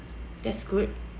that's good